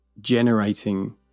generating